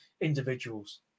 individuals